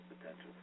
potential